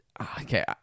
Okay